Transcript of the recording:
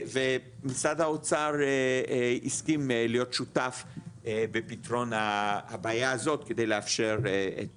ומשרד האוצר הסכים להיות שותף בפתרון הבעיה הזאת כדי לאפשר את